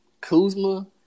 Kuzma